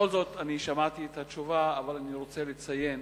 בכל זאת, אני שמעתי את התשובה, אבל אני רוצה לציין